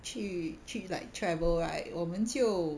去去 like travel right 我们就